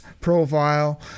profile